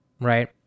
right